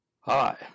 Hi